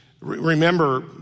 remember